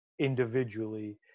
individually